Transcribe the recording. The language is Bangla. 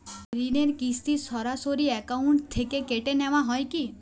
ঋণের কিস্তি সরাসরি অ্যাকাউন্ট থেকে কেটে নেওয়া হয় কি?